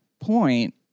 point